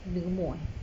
gemuk gemuk eh